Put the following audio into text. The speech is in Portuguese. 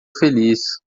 feliz